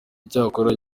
icyakora